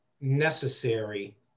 necessary